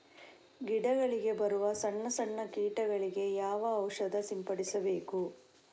ಗಿಡಗಳಿಗೆ ಬರುವ ಸಣ್ಣ ಸಣ್ಣ ಕೀಟಗಳಿಗೆ ಯಾವ ಔಷಧ ಸಿಂಪಡಿಸಬೇಕು?